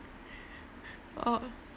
oh